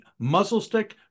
muzzlestick